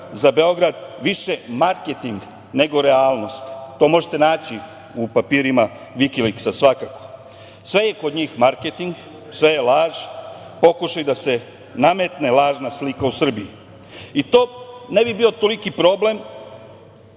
za Beograd više marketing nego realnost. To možete naći u papirima Vikiliksa, svakako. Sve je kod njih marketing, sve je laž, pokušaj da se nametne lažna slika o Srbiji. To ne bio toliki problem,